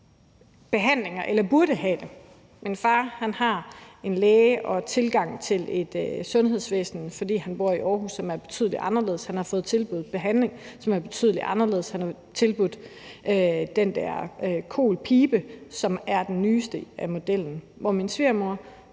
behandlinger, men min far har, fordi han bor i Aarhus, en læge og tilgang til et sundhedsvæsen, som er betydelig anderledes. Han har fået tilbudt behandling, som er betydelig anderledes; han har fået tilbudt den der kol-pibe, som er den nyeste model.